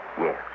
Yes